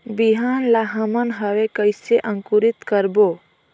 बिहान ला हमन हवे कइसे अंकुरित करबो?